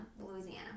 Louisiana